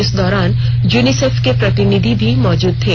इस दौरान यूनिसेफ के प्रतिनिधि भी मौजूद थे